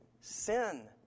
sin